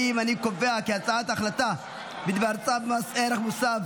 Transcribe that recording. נעבור להצבעה על הצעת החלטה בדבר צו מס ערך מוסף